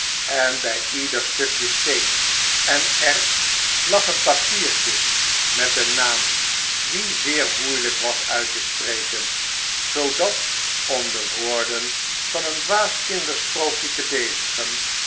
en bij ieder stukje steen en erts lag een papiertje met een naam die zeer moeielijk was uit te spreken zoodat om de woorden van een dwaas kindersprookje te bezigen